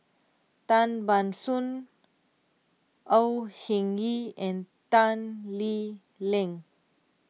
Tan Ban Soon Au Hing Yee and Tan Lee Leng